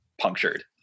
punctured